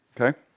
Okay